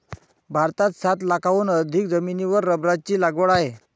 भारतात सात लाखांहून अधिक जमिनीवर रबराची लागवड आहे